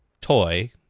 toy